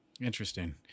Interesting